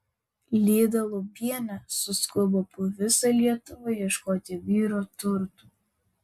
lyda lubienė suskubo po visą lietuvą ieškoti vyro turtų